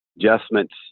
adjustments